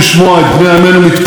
לומדים תורה.